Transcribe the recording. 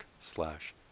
slash